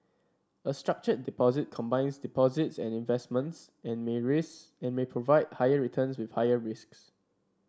a structured deposit combines deposits and investments and may raise and may provide higher returns with higher risks